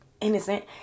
innocent